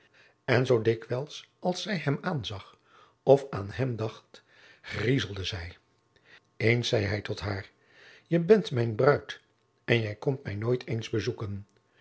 en zoo dikwijls zij hem aanzag of aan hem dacht griezelde zij eens zei hij tot haar je bent mijn bruid en je komt mij nooit eens bezoeken